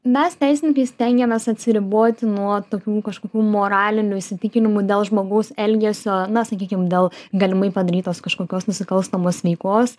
mes teisininkai stengiamės atsiriboti nuo tokių kažkokių moralinių įsitikinimų dėl žmogaus elgesio na sakykim dėl galimai padarytos kažkokios nusikalstamos veikos